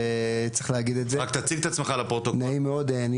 וצריך להגיד את זה.